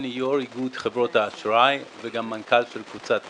יו"ר איגוד חברות האשראי וגם מנכ"ל של קבוצת "פנינסולה".